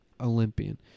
Olympian